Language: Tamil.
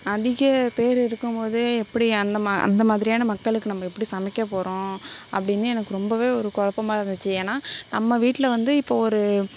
அதிக பேர் இருக்கும் போது எப்படி அந்த மா அந்த மாதிரியான மக்களுக்கு நம்ம எப்படி சமைக்க போகிறோம் அப்படின்னு எனக்கு ரொம்பவே ஒரு குழப்பமா இருந்துச்சு ஏன்னால் நம்ம வீட்டில் வந்து இப்போது ஒரு